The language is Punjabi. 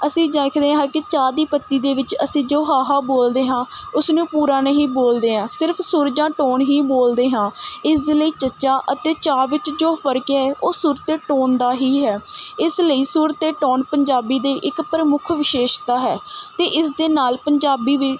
ਅਸੀਂ ਦੇਖਦੇ ਹਾਂ ਕਿ ਚਾਹ ਦੀ ਪੱਤੀ ਦੇ ਵਿੱਚ ਅਸੀਂ ਜੋ ਹਾਹਾ ਬੋਲਦੇ ਹਾਂ ਉਸ ਨੂੰ ਪੂਰਾ ਨਹੀਂ ਬੋਲਦੇ ਹਾਂ ਸਿਰਫ਼ ਸੁਰ ਜਾਂ ਟੋਨ ਹੀ ਬੋਲਦੇ ਹਾਂ ਇਸ ਦੇ ਲਈ ਚੱਚਾ ਅਤੇ ਚਾਹ ਵਿੱਚ ਜੋ ਫ਼ਰਕ ਹੈ ਉਹ ਸੁਰ ਅਤੇ ਟੋਨ ਦਾ ਹੀ ਹੈ ਇਸ ਲਈ ਸੁਰ ਅਤੇ ਟੋਨ ਪੰਜਾਬੀ ਦੇ ਇੱਕ ਪ੍ਰਮੁੱਖ ਵਿਸ਼ੇਸ਼ਤਾ ਹੈ ਅਤੇ ਇਸ ਦੇ ਨਾਲ਼ ਪੰਜਾਬੀ ਵੀ